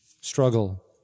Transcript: struggle